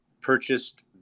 purchased